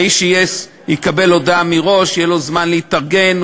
האיש יקבל הודעה מראש, יהיה לו זמן להתארגן,